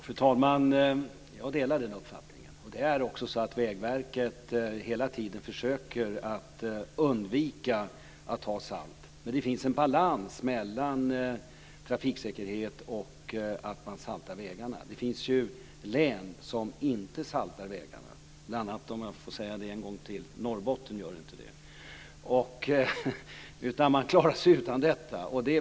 Fru talman! Jag delar den uppfattningen. Vägverket försöker också hela tiden undvika att ha salt. Men det finns en balans mellan trafiksäkerhet och att salta vägarna. Det finns ju län som inte saltar vägarna, bl.a. Norrbotten - om jag får nämna det en gång till - som klarar sig utan salt.